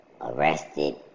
arrested